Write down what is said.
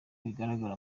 bigaragara